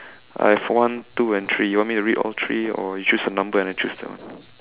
I have one two and three you want me to read all three or you choose a number and I choose one